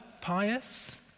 pious